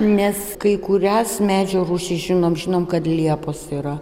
nes kai kurias medžio rūšis žinom žinom kad liepos yra